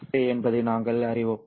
இது ஒன்றே என்பதையும் நாங்கள் அறிவோம்